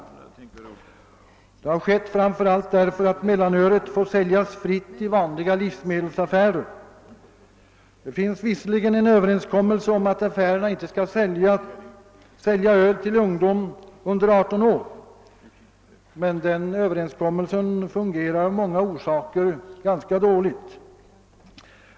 Detta har skett framför allt därför att mellanölet får säljas pritt i vanliga livsmedelsaffärer. Det finns visserligen en överenskommelse om att affärerna inte skall sälja öl till ungdom under 18 år, men den överenskommelsen fungerar av många orsaker ganska dåligt.